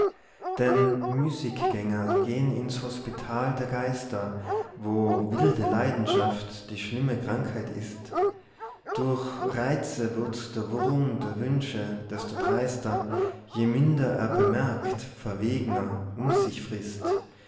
denn müßiggänger gehen ins hospital der geister wo wilde leidenschaft die schlimme krankheit ist durch reize wird der wurm der wünsche desto dreister je minder er bemerkt verwegner um sich frißt